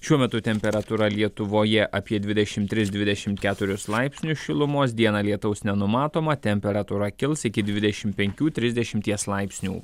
šiuo metu temperatūra lietuvoje apie dvidešimt tris dvidešimt keturis laipsnius šilumos dieną lietaus nenumatoma temperatūra kils iki dvidešimt penkių trisdešimties laipsnių